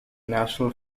national